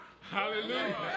Hallelujah